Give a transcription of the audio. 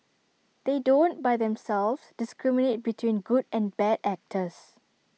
they don't by themselves discriminate between good and bad actors